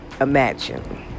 imagine